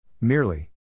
Merely